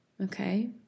Okay